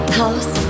house